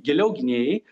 giliau gynėjai